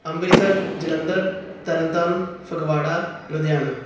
Amritsar Jalandhar Tarn Taran Phagwara Ludhiana